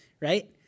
Right